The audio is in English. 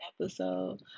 episode